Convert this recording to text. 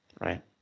Right